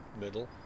middle